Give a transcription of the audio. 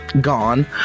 gone